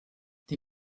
die